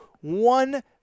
one